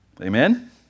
Amen